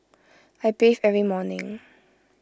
I bathe every morning